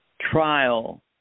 trial